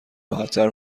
راحتتر